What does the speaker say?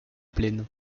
plaine